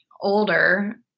older